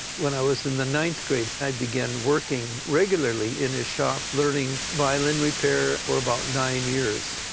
when i was in the ninth grade i began working regularly in his shop learning violin repair for about nine years.